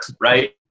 right